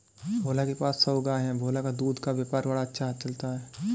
भोला के पास सौ गाय है भोला का दूध का व्यापार बड़ा अच्छा चलता है